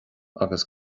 agus